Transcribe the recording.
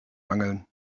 angeln